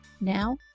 Now